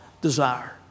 desire